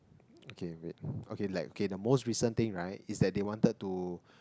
okay wait okay like okay the most recent right is that they wanted to